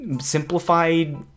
simplified